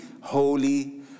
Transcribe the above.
holy